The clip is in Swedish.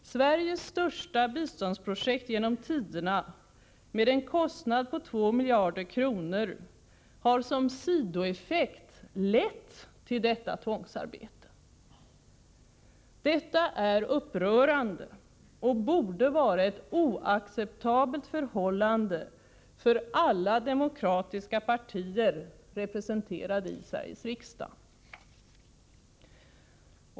Sveriges största biståndsprojekt genom tiderna med en kostnad på 2 miljarder kronor har som sidoeffekt lett till detta tvångsarbete. Detta är upprörande och borde vara ett oacceptabelt förhållande för alla demokratiska partier representerade i Sveriges riksdag.